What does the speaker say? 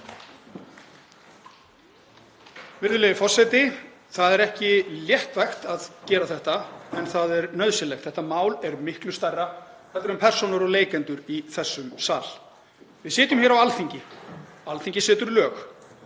Virðulegi forseti. Það er ekki léttvægt að gera þetta en það er nauðsynlegt. Þetta mál er miklu stærra en persónur og leikendur í þessum sal. Við sitjum á Alþingi. Alþingi setur lög.